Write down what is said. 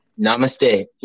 namaste